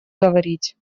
говорить